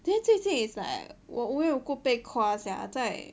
then 最近 is like 我我有过被夸 sia 在